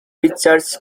pictures